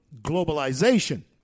globalization